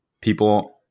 people